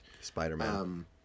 Spider-Man